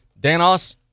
Danos